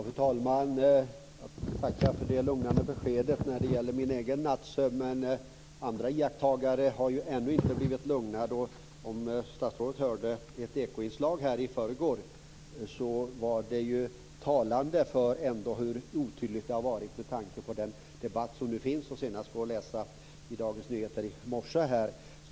Fru talman! Jag tackar för det lugnande beskedet när det gäller min egen nattsömn. Men andra iakttagare har ännu inte blivit lugnade. Statsrådet kanske hörde ett Ekoinslag i förrgår som var talande för hur otydligt detta har varit. Debatten om detta förs vidare, senast i Dagens Nyheter i morse.